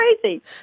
crazy